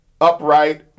upright